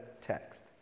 text